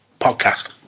podcast